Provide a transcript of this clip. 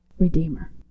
Redeemer